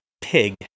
Pig